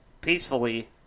peacefully